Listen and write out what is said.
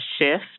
shift